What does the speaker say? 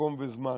מקום וזמן,